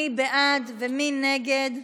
מי בעד ומי נגד?